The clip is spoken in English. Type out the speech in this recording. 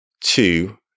two